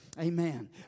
Amen